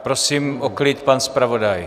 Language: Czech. Prosím o klid, pan zpravodaj.